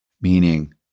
meaning